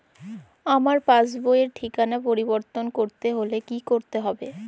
আমার পাসবই র ঠিকানা পরিবর্তন করতে হলে কী করতে হবে?